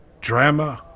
drama